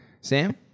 Sam